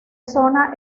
zona